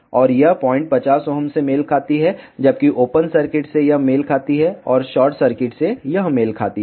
और यह पॉइंट 50 Ω से मेल खाती हैजबकि ओपन सर्किट से यह मेल खाती है और शॉर्ट सर्किट से यह मेल खाती है